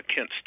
Kent